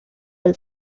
del